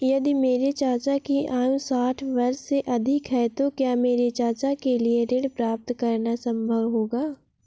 यदि मेरे चाचा की आयु साठ वर्ष से अधिक है तो क्या मेरे चाचा के लिए ऋण प्राप्त करना संभव होगा?